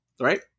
right